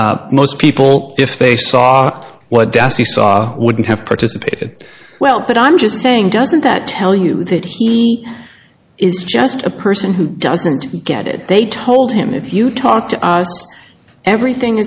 project most people if they saw what jesse saw wouldn't have participated well but i'm just saying doesn't that tell you that he is just a person who doesn't get it they told him if you talk to us everything